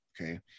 okay